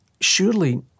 surely